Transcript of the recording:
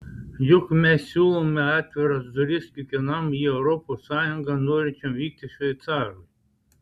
juk mes siūlome atviras duris kiekvienam į europos sąjungą norinčiam vykti šveicarui